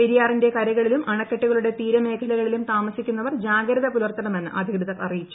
പെരിയാറിന്റെ കരകളിലും അണക്കെട്ടുകളുടെ തീരമേഖലകളിലും താമസിക്കുന്നവർ ജാഗ്രത പുലർത്തണമെന്ന് അധികൃതർ അറിയിച്ചു